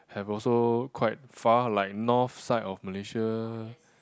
have also quite far like North side of Malaysia